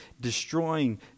destroying